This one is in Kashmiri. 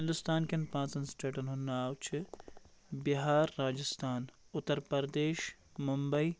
ہِنٛدستان کٮ۪ن پانٛژن سِٹیٹن ہُنٛد ناو چھِ بِہار راجِستھان اُترپردیش مُمبئی